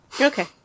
Okay